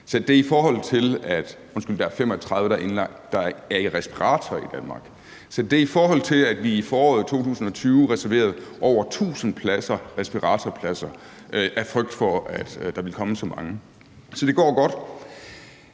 på intensiv. For øjeblikket er der kun 35 i respirator i Danmark. Sæt det i forhold til, at vi i foråret 2020 reserverede over tusind respiratorpladser af frygt for, at der ville komme så mange. Så det går godt.